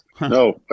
No